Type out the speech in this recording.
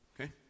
Okay